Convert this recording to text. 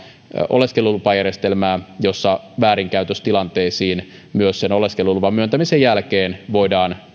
oleskelulupajärjestelmää jossa väärinkäytöstilanteisiin myös oleskeluluvan myöntämisen jälkeen voidaan